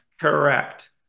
Correct